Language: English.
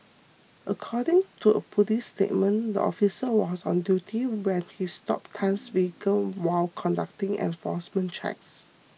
according to a police statement the officer was on duty when he stopped Tan's vehicle while conducting enforcement checks